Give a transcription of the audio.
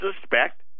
suspect